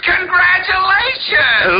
Congratulations